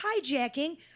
hijacking